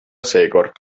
seekord